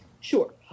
Sure